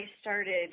started